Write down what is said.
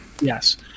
Yes